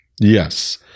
Yes